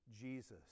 Jesus